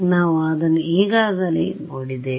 ನಾವು ಅದನ್ನು ಈಗಾಗಲೇ ನೋಡಿದ್ದೇವೆ